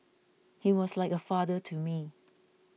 he was like a father to me